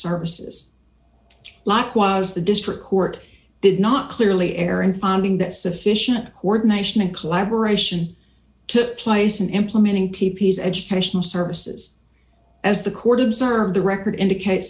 services like was the district court did not clearly err in finding that sufficient coordination and collaboration took place in implementing tepees educational services as the court observed the record indicates